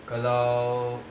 kalau